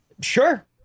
Sure